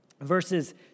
verses